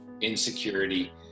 insecurity